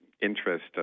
interest